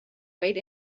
weight